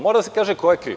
Mora da se kaže ko je kriv?